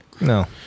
No